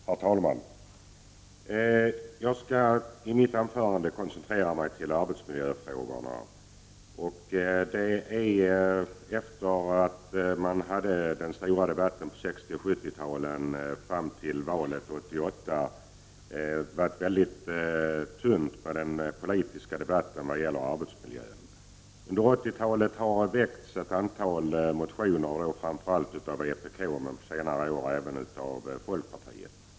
Herr talman! Jag skall i mitt anförande koncentrera mig till arbetsmiljöfrågorna. Det har varit mycket tomt i den politiska debatten om arbetsmiljön från det att vi hade den stora debatten på 60 och 70-talen fram till valet år 1988. Under 1980-talet har ett antal motioner i frågan väckts framför allt av vpk och på senare år även av folkpartiet.